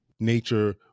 Nature